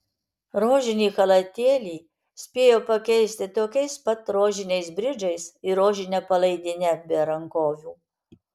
rožinį chalatėlį spėjo pakeisti tokiais pat rožiniais bridžais ir rožine palaidine be rankovių